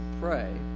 pray